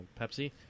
Pepsi